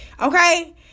Okay